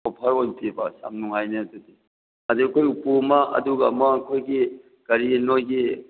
offer ꯑꯣꯏꯈꯤꯕ ꯌꯥꯝ ꯅꯨꯡꯉꯥꯏꯅꯦ ꯑꯗꯨꯗꯤ ꯑꯗꯒꯤ ꯑꯩꯈꯣꯏ ꯎꯄꯨ ꯑꯃ ꯑꯗꯨꯒ ꯑꯃ ꯑꯩꯈꯣꯏꯒꯤ ꯀꯔꯤ ꯅꯈꯣꯏꯒꯤ